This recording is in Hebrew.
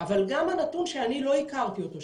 אבל גם הנתון שאני לא הכרתי אותו,